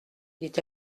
dit